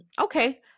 okay